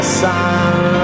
sun